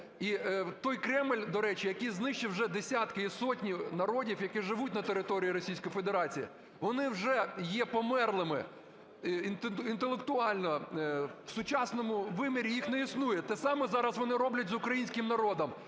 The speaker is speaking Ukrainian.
І той Кремль, до речі, який знищив вже десятки і сотні народів, які живуть на території Російської Федерації, вони вже є померлими інтелектуально, в сучасному вимірі їх не існує. Те саме вони зараз роблять з українським народом,